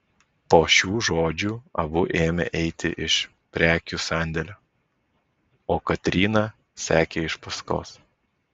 po šių žodžių abu ėmė eiti iš prekių sandėlio o katryna sekė iš paskos